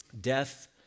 Death